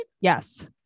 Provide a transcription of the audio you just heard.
Yes